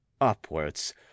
upwards